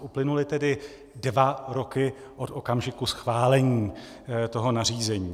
Uplynuly tedy dva roky od okamžiku schválení toho nařízení.